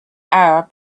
arab